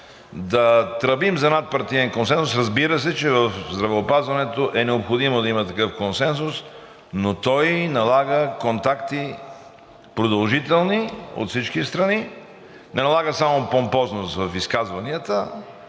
да тръбим за надпартиен консенсус, разбира се, че в здравеопазването е необходимо да има такъв консенсус, но той налага продължителни контакти от всички страни, не налага само помпозност в изказванията,